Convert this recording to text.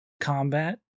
combat